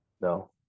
No